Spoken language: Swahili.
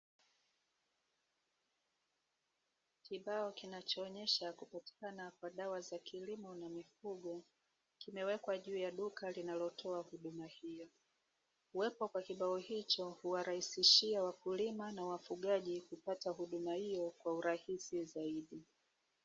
Kibao kinachoonyesha kupatikana kwa dawa za kilimo na mifugo, kimewekwa juu ya duka linalotoa huduma hio. Uwepo wa kibao hicho, huwarahisishia wakulima na wafugaji, kupata huduma hio, kwa urahisi zaidi.